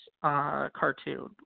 cartoon